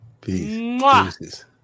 Peace